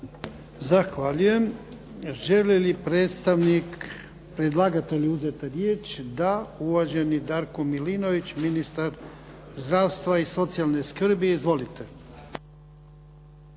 Zahvaljujem. Želi li predstavnik predlagatelja uzeti riječ? Da. Uvaženi Darko Milinović, ministar zdravstva i socijalne skrbi. Izvolite.